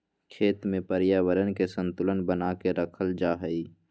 खेत में पर्यावरण के संतुलन बना के रखल जा हइ